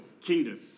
kingdom